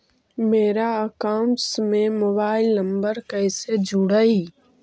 मेरा अकाउंटस में mobile number कैसे जुड़उ?